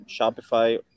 Shopify